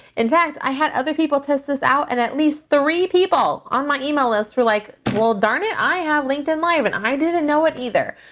in fact, i had other people test this out and at least three people on my email list were like, well, darn it. i have linkedin live and i didn't know what either.